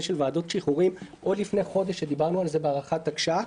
של ועדות שחרורים עוד לפני חודש כשדיברנו על זה בהארכת תקש"ח,